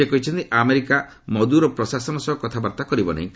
ସେ କହିଛନ୍ତି America Maduro ପ୍ରଶାସନ ସହ କଥାବାର୍ତ୍ତା କରିବ ନାହିଁ